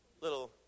little